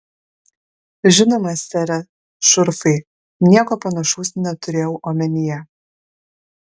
žinoma sere šurfai nieko panašaus neturėjau omenyje